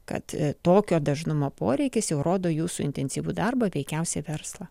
kad tokio dažnumo poreikis rodo jūsų intensyvų darbą veikiausiai verslą